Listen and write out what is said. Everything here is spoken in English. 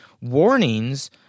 warnings